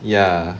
ya